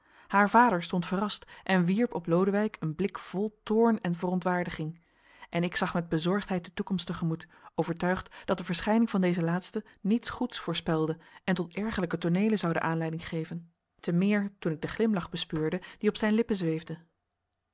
haar vader stond verrast en wierp op lodewijk een blik vol toorn en verontwaardiging en ik zag met bezorgdheid de toekomst te gemoet overtuigd dat de verschijning van dezen laatsten niets goeds voorspelde en tot ergerlijke tooneelen zoude aanleiding geven temeer toen ik den glimlach bespeurde die op zijn lippen zweefde